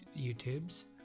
YouTube's